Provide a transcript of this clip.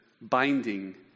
binding